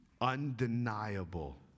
undeniable